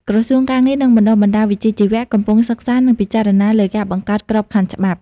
ក្រសួងការងារ និងបណ្តុះបណ្តាលវិជ្ជាជីវៈ កំពុងសិក្សា និងពិចារណាលើការបង្កើតក្របខ័ណ្ឌច្បាប់។